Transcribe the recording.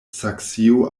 saksio